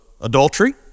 adultery